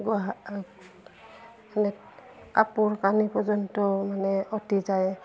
গোহা মানে কাপোৰ কানি পৰ্য্য়ন্ত মানে উটি যায়